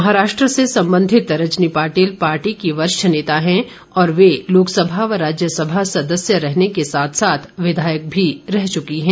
महाराष्ट्र से संबंधित रजनी पाटिल पार्टी की वरिष्ठ नेता हैं और वे लोकसभा व राज्यसभा सदस्य रहने के साथ साथ विधायक भी रह चुकी हैं